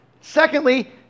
Secondly